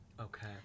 Okay